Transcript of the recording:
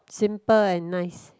simple and nice